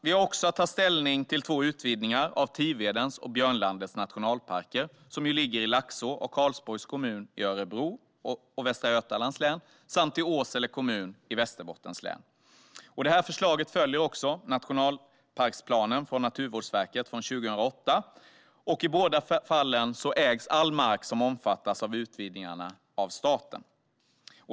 Vi har också att ta ställning till två utvidgningar av Tivedens och Björnlandets nationalparker som ligger i Laxå och Karlsborgs kommuner i Örebro och Västra Götalands län samt i Åsele kommun i Västerbottens län. Det här förslaget följer Naturvårdsverkets nationalparksplan från 2008, och i båda fallen ägs all mark som omfattas av utvidgningarna av staten.